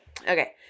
Okay